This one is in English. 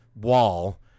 wall